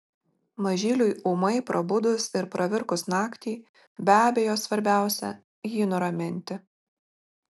mažyliui ūmai prabudus ir pravirkus naktį be abejo svarbiausia jį nuraminti